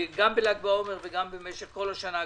גם בל"ג בעומר וגם במשך כל השנה,